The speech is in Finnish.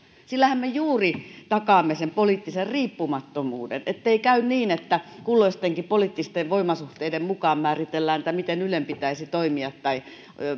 sillähän me juuri takaamme sen poliittisen riippumattomuuden ettei käy niin että kulloistenkin poliittisten voimasuhteiden mukaan määritellään miten ylen pitäisi toimia tai